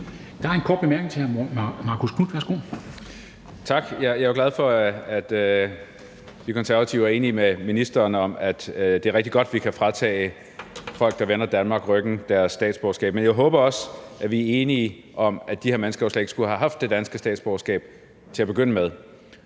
Marcus Knuth. Værsgo. Kl. 13:35 Marcus Knuth (KF): Tak. Jeg er jo glad for, at De Konservative og ministeren er enige om, at det er rigtig godt, at vi kan fratage folk, der vender Danmark ryggen, deres statsborgerskab. Men jeg håber også, at vi er enige om, at de her mennesker jo slet ikke skulle have haft det danske statsborgerskab til at begynde med.